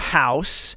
house